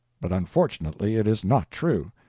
but unfortunately it is not true.